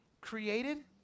Created